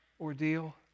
ordeal